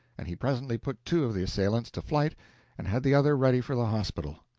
and he presently put two of the assailants to flight and had the other ready for the hospital.